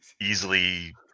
Easily